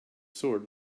sword